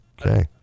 Okay